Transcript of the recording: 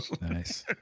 nice